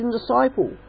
disciple